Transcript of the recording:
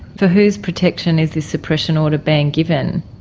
for whose protection is this suppression order being given?